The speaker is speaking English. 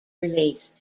released